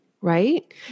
Right